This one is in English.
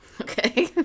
Okay